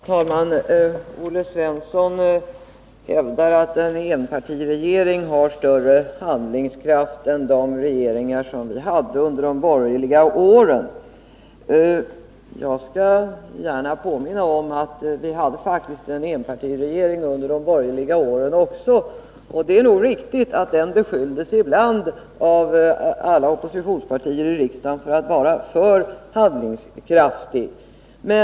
Herr talman! Olle Svensson hävdar att en enpartiregering har större handlingskraft än regeringarna under de borgerliga åren hade. Låt mig påminna honom om att vi under de åren faktiskt också hade en enpartiregering. Det är nog riktigt att den ibland av alla oppositionspartier i riksdagen beskylldes för att vara alltför handlingskraftig.